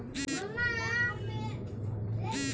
red gram এক ধরনের পুষ্টিকর ডাল, যেমন হচ্ছে অড়হর ডাল